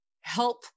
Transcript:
help